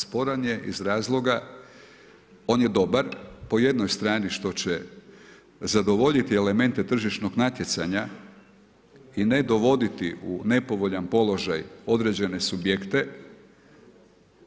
Sporan je iz razloga, on je dobar po jednoj strani što će zadovoljiti elemente tržišnog natjecanja i ne dovoditi u nepovoljan položaj određene subjekte,